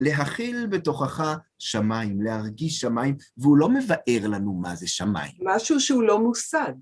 להכיל בתוכך שמיים, להרגיש שמיים, והוא לא מבאר לנו מה זה שמיים. משהו שהוא לא מושג.